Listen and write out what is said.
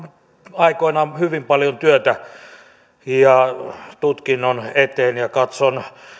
aikoinaan hyvin paljon työtä tutkinnon eteen ja katson